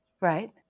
Right